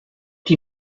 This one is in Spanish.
que